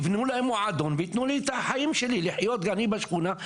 יבנו להם מועדון ויתנו לי את החיים שלי לחיות אני בשכונה,